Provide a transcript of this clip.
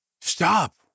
Stop